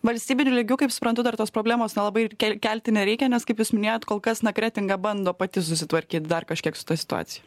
valstybiniu lygiu kaip suprantu dar tos problemos nelabai ir kelti nereikia nes kaip jūs minėjot kol kas na kretinga bando pati susitvarkyt dar kažkiek sitoj situacijoj